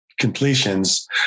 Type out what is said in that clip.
completions